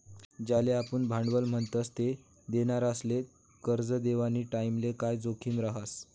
ज्याले आपुन भांडवल म्हणतस ते देनारासले करजं देवानी टाईमले काय जोखीम रहास